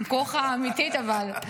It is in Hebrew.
מקוחה אמיתית אבל.